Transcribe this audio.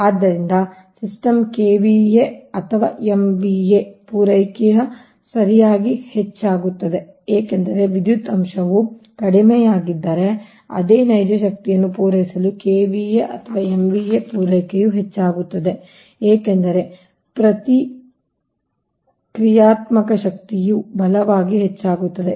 ಆದ್ದರಿಂದ system KVA ಅಥವಾ MVA ಪೂರೈಕೆಯು ಸರಿಯಾಗಿ ಹೆಚ್ಚಾಗುತ್ತದೆ ಏಕೆಂದರೆ ವಿದ್ಯುತ್ ಅಂಶವು ಕಡಿಮೆಯಾಗಿದ್ದರೆ ಅದೇ ನೈಜ ಶಕ್ತಿಯನ್ನು ಪೂರೈಸಲು KVA ಅಥವಾ MVA ಪೂರೈಕೆಯು ಹೆಚ್ಚಾಗುತ್ತದೆ ಏಕೆಂದರೆ ಪ್ರತಿಕ್ರಿಯಾತ್ಮಕ ಶಕ್ತಿಯು ಬಲವಾಗಿ ಹೆಚ್ಚಾಗುತ್ತದೆ